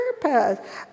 purpose